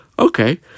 Okay